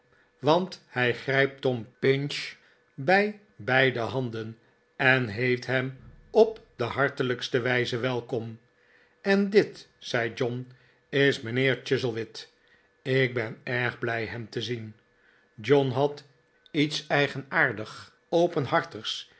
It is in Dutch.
want hij grijpt tom pinch bij beide handen en heet hem op de hartelijkste wijze welkom f en dit zei john is mijnheer chuzzlewit ik ben erg blij hem tezien john had iets eigenaardig openhartigs